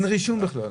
אין רישום בכלל.